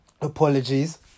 Apologies